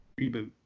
Reboot